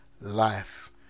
life